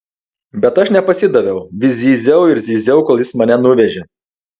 bet aš nepasidaviau vis zyziau ir zyziau kol jis mane nuvežė